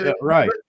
Right